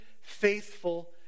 faithful